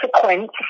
consequence